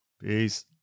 peace